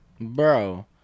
bro